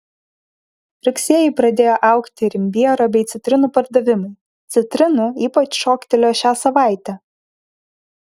rugsėjį pradėjo augti ir imbiero bei citrinų pardavimai citrinų ypač šoktelėjo šią savaitę